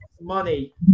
money